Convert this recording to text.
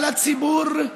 על הציבור,